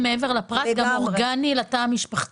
צריך לתת מענה מעבר לפרט גם אורגני לתא המשפחתי.